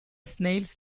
snails